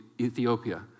Ethiopia